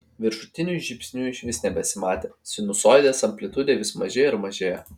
viršutinių žybsnių išvis nebesimatė sinusoidės amplitudė vis mažėjo ir mažėjo